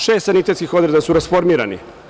Šest sanitetskih odreda su rasformirani.